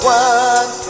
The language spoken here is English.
one